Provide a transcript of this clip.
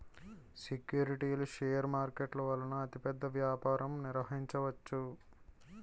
సెక్యూరిటీలు షేర్ మార్కెట్ల వలన అతిపెద్ద వ్యాపారం నిర్వహించవచ్చు